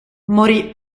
morì